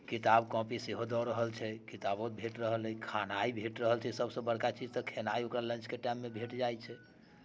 किताब कॉपी सेहो दऽ रहल छै किताबो भेट रहल अइ खेनाइ भेट रहल छै सबसँ बड़का चीज तऽ खेनाइ ओकरा लन्चके टाइममे भेट जाइत छै